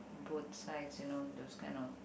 both sides you know those kind of